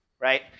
right